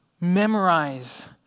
Memorize